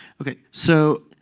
okay. so,